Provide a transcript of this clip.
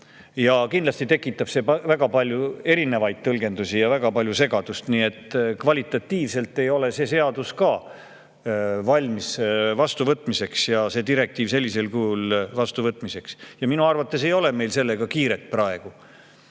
kindlasti tekitab see väga palju erinevaid tõlgendusi ja väga palju segadust. Nii et kvalitatiivselt ei ole see eelnõu valmis vastuvõtmiseks, see direktiiv sellisel kujul vastuvõtmiseks. Minu arvates ei ole meil sellega praegu